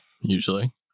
usually